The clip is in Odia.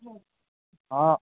ହଁ